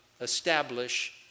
establish